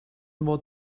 more